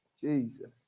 Jesus